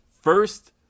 first